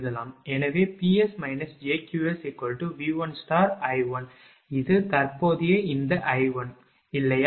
எனவே Ps jQsV1I1 இது தற்போதைய இந்த I1 இல்லையா